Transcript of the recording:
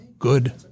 good